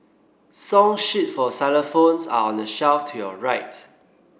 song sheet for xylophones are on the shelf to your right